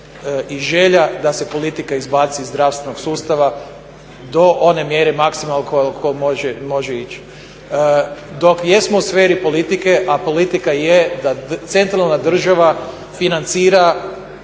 i želja je da se politika izbaci iz zdravstvenog sustava do one mjere maksimalno koliko može ići. Dok jesmo u sferi politike, a politika je da centralna država financira